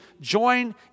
join